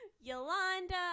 Yolanda